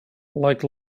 like